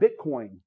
Bitcoin